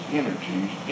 energies